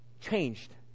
changed